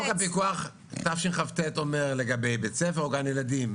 חוק הפיקוח תשכ"ט אומר לגבי בית ספר או גן ילדים.